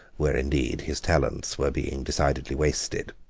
where indeed his talents were being decidedly wasted.